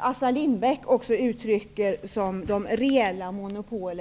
Assar Lindbäck benämner som reella monopol.